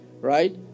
right